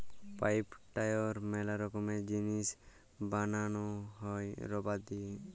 pipe, tyre ম্যালা রকমের জিনিস বানানো হ্যয় রাবার দিয়ে